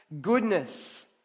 goodness